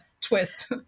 Twist